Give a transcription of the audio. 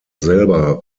selber